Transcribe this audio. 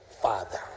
father